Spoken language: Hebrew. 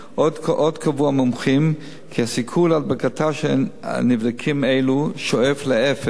עוד קבעו המומחים כי הסיכוי להדבקה של נבדקים אלו שואף לאפס.